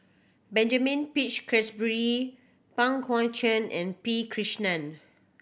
Benjamin Peach Keasberry Pang Guek Cheng and P Krishnan